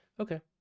Okay